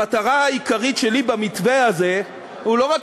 המטרה העיקרית שלי במתווה הזה היא לא רק